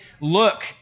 look